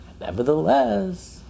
Nevertheless